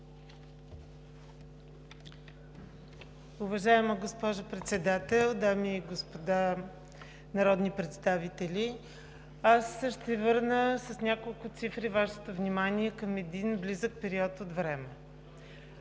Уважаема госпожо Председател, дами и господа народни представители! С няколко цифри ще върна Вашето внимание към един близък период от време.